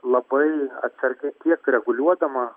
labai atsargi tiek reguliuodama